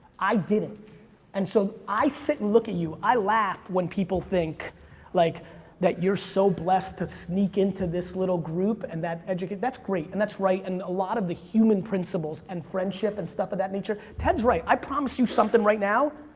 i didn't, and so, i sit and look at you, i laugh when people think like that you're so blessed to sneak into this little group, and that education, and that's great, and that's right, and a lot of the human principles, and friendship, and stuff of that nature, ted's right. i promise you something right now,